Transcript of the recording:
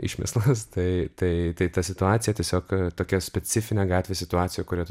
išmislas tai tai tai ta situacija tiesiog tokia specifinė gatvės situacija kurią tu